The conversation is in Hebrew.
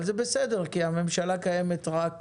זה בסדר כי הממשלה קיימת רק